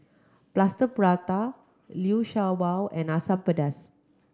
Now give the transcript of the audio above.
Plaster Prata Liu Sha Bao and Asam Pedas